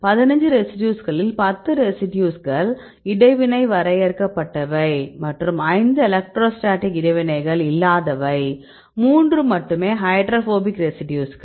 15 ரெசிடியூஸ்களில் 10 ரெசிடியூஸ்கள் இடைவினை வரையறுக்கப்பட்டவை மற்றும் 5 எலக்ட்ரோஸ்டாட்டிக் இடைவினைகள் இல்லாதவை 3 மட்டுமே ஹைட்ரோபோபிக் ரெசிடியூஸ்கள்